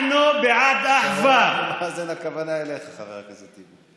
(אומר בערבית: כן, אבני הרצפה של המלך, דוקטור.)